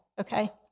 okay